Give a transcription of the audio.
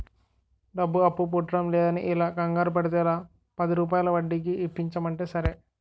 డబ్బు అప్పు పుట్టడంలేదని ఇలా కంగారు పడితే ఎలా, పదిరూపాయల వడ్డీకి ఇప్పించమంటే సరే